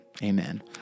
Amen